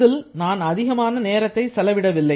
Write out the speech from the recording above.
இதில் நான் அதிகமான நேரத்தை செலவிட வில்லை